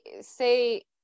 say